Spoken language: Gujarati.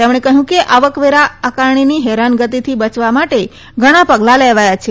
તેમણે કહ્યું કે આવકવેરા આકારણીની હેરાનગતિથી બચાવવા માટે ઘણાં પગલાં લેવાયા છે